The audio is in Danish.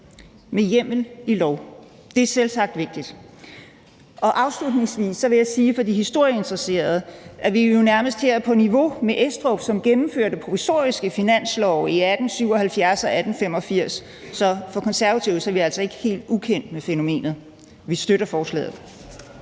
med hjemmel i lov. Det er selvsagt vigtigt, og afslutningsvis vil jeg sige til de historieinteresserede, at vi jo nærmest her er på niveau med Estrup, som gennemførte provisoriske finanslove i 1877 og 1885, så som Konservative er vi altså ikke helt ukendt med fænomenet. Vi støtter forslaget.